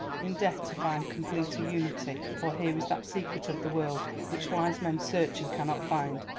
in death to find completer unity. for here is that secret of the world which wise men search and cannot find,